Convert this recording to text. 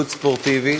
פעילות ספורטיבית.